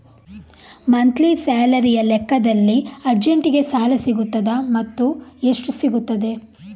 Monthly ಸ್ಯಾಲರಿಯ ಲೆಕ್ಕದಲ್ಲಿ ಅರ್ಜೆಂಟಿಗೆ ಸಾಲ ಸಿಗುತ್ತದಾ ಮತ್ತುಎಷ್ಟು ಸಿಗುತ್ತದೆ?